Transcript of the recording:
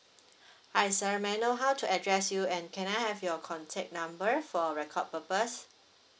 hi sir may I know how to address you and can I have your contact number for record purpose